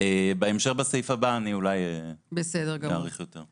בהמשך, בסעיף הבא, אולי אני אאריך יותר.